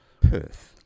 Perth